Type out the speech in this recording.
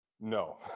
No